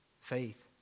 faith